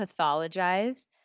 pathologize